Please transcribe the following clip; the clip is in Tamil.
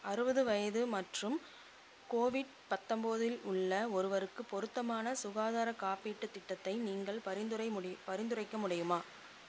அறுவது வயது மற்றும் கோவிட் பத்தொம்போதில் உள்ள ஒருவருக்கு பொருத்தமான சுகாதார காப்பீட்டுத் திட்டத்தை நீங்கள் பரிந்துரைக் பரிந்துரைக்க முடியுமா